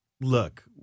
Look –